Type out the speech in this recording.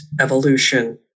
evolution